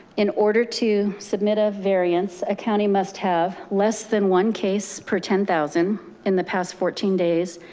in order to submit a variance, a county must have less than one case per ten thousand in the past fourteen days,